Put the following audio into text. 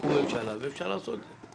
תקום ממשלה ואפשר יהיה לעשות את זה.